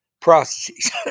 processes